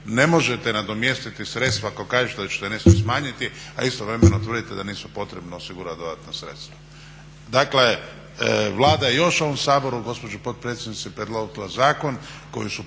ne možete nadomjestiti sredstva ako kažete da ćete nešto smanjiti, a istovremeno tvrdite da nisu potrebno osigurati dodatna sredstva.